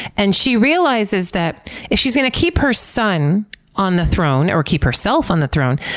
and she realizes that if she's going to keep her son on the throne or keep herself on the throne,